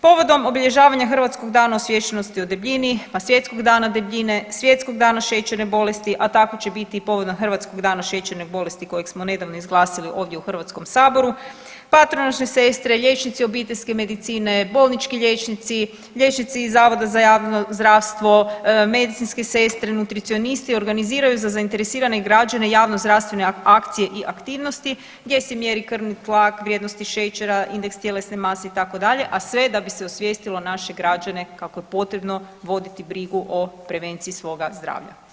Povodom obilježavanja Hrvatskog dana osviještenosti o debljini, pa Svjetskog dana debljine, Svjetskog dana šećerne bolesti, a tako će biti i povodom Hrvatskog dana šećerne bolesti kojeg smo nedavno izglasali ovdje u Hrvatskom saboru, patronažne sestre, liječnici obiteljske medicine, bolnički liječnici, liječnici iz zavoda za javno zdravstvo, medicinske sestre, nutricionisti organiziraju za zainteresirane građane javnozdravstvene akcije i aktivnosti gdje se mjeri krvni tlak, vrijednosti šećera, indeks tjelesne mase itd., a sve da bi se osvijestilo naše građane kako je potrebno voditi brigu o prevenciji svoga zdravlja.